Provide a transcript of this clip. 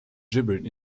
gibbered